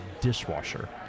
dishwasher